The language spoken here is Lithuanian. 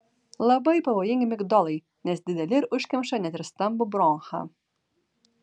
labai pavojingi migdolai nes dideli ir užkemša net ir stambų bronchą